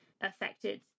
affected